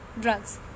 drugs